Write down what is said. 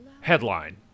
Headline